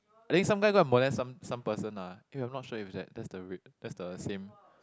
I think some guy go and molest some some person lah eh I'm not sure if that that's the rape that's the same